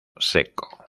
seco